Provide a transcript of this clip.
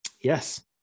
yes